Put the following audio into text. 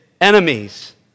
enemies